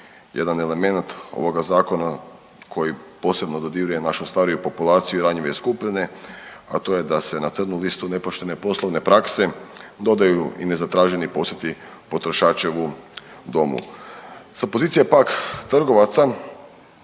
jedan elemenata ovoga zakona koji posebno dodiruje našu stariju populaciju i ranjive skupine, a to je da se na crnu listu nepoštene poslovne prakse dodaju i nezatraženi posjeti potrošačevu domu. Sa pozicije pak trgovaca